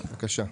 בבקשה.